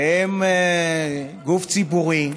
שהם גוף ציבורי,